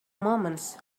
moments